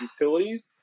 utilities